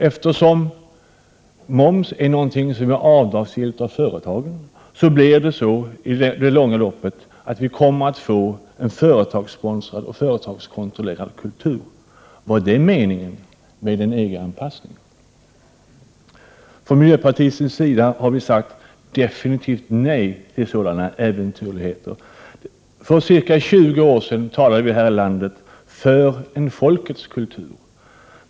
Eftersom moms är avdragsgill för företagen blir det i det långa loppet så, att vi kommer att få en företagssponsrad och företagskontrollerad kultur. Var det meningen med en EG-anpassning? Vii miljöpartiet har sagt definitivt nej till sådana äventyrligheter. För ca 20 år sedan talade vi här i landet för en folkets kultur.